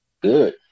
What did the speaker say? Good